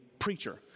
preacher